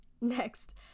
Next